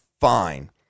fine